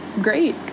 great